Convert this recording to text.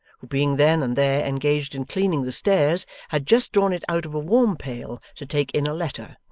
who being then and there engaged in cleaning the stairs had just drawn it out of a warm pail to take in a letter,